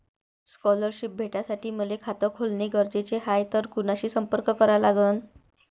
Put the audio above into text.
Scholarship भेटासाठी मले खात खोलने गरजेचे हाय तर कुणाशी संपर्क करा लागन?